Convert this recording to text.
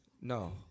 No